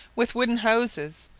with wooden houses,